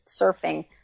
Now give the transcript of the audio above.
surfing